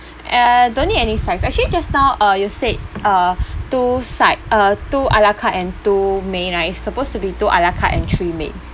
uh don't need any sides actually just now uh you said uh two side uh two a la carte and two main right it supposed to be two a la carte and three mains